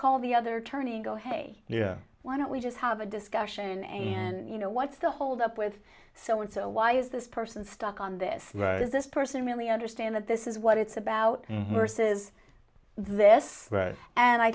call the other tourney go hey why don't we just have a discussion and you know what's the hold up with so and so why is this person stuck on this is this person really understand that this is what it's about versus this and i